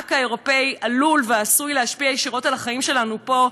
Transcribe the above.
בענק האירופי עלול ועשוי להשפיע ישירות על החיים שלנו פה,